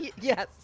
Yes